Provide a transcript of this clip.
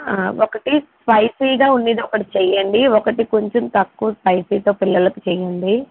ఒకటి స్పైసీగా ఉండేది ఒకటి చేయండి ఒకటి కొంచెము తక్కువగా స్పైసీతో పిల్లలకు చేయండి